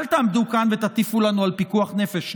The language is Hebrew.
אל תעמדו כאן ותטיפו לנו על פיקוח נפש.